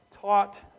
taught